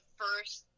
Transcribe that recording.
first